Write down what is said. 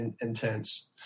intense